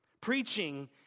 Preaching